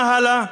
מה הלאה?